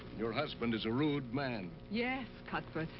your husband is a rude man. yes, cuthbert,